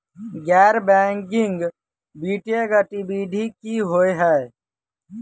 गैर बैंकिंग वित्तीय गतिविधि की होइ है?